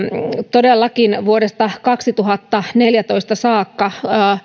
todellakin vuodesta kaksituhattaneljätoista saakka